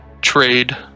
trade